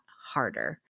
harder